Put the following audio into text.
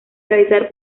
realizar